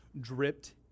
dripped